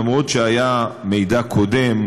למרות מידע קודם,